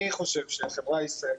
אני חושב שהחברה הישראלית,